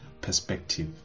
perspective